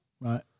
Right